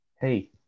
Hey